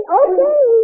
okay